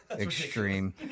extreme